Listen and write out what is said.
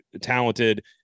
talented